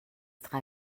drei